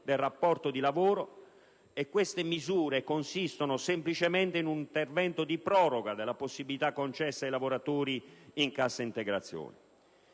del rapporto di lavoro: queste misure consistono semplicemente in un intervento di proroga della possibilità concessa ai lavoratori in cassa integrazione.